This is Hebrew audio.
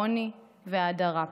העוני וההדרה פה.